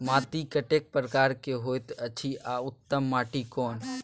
माटी कतेक प्रकार के होयत अछि आ उत्तम माटी कोन?